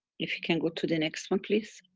if can go to the next one please?